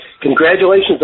Congratulations